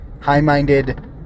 high-minded